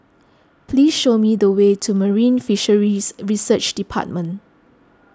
please show me the way to Marine Fisheries Research Department